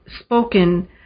spoken